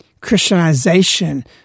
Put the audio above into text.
Christianization